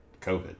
COVID